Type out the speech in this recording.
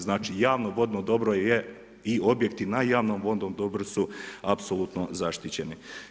Znači, javno vodno dobro je i objekti na javnom vodnom dobru su apsolutno zaštićeni.